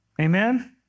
Amen